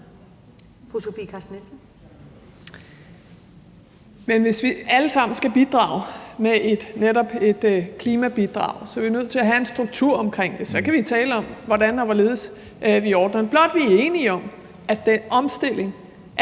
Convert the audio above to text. hvis vi alle sammen skal bidrage med netop et klimabidrag, er vi nødt til at have en struktur omkring det. Så kan vi tale om, hvordan og hvorledes vi ordner det, blot vi er enige om, at den omstilling